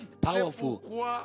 powerful